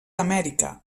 amèrica